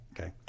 okay